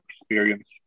experience